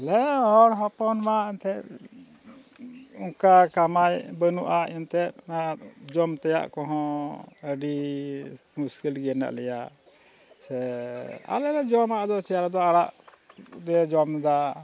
ᱟᱞᱮ ᱦᱚᱲ ᱦᱚᱯᱚᱱᱢᱟ ᱮᱱᱛᱮᱫ ᱚᱱᱠᱟ ᱠᱟᱢᱟᱭ ᱵᱟᱹᱱᱩᱜᱼᱟ ᱮᱱᱛᱮᱫ ᱡᱚᱢ ᱛᱮᱭᱟᱜ ᱠᱚᱦᱚᱸ ᱟᱹᱰᱤ ᱢᱩᱥᱠᱤᱞᱜᱮ ᱢᱮᱱᱟᱜ ᱞᱮᱭᱟ ᱥᱮ ᱟᱞᱮᱞᱮ ᱡᱚᱢᱟ ᱟᱫᱚ ᱪᱮᱫ ᱟᱲᱟᱜ ᱞᱮ ᱡᱚᱢᱫᱟ